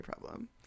problem